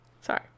Sorry